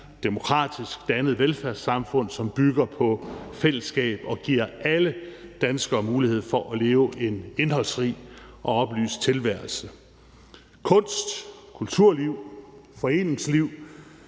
demokratisk, dannet velfærdssamfund, som bygger på fællesskab, og som giver alle danskere mulighed for at leve en indholdsrig og oplyst tilværelse. Kunst, kulturliv, foreningsliv